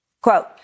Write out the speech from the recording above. Quote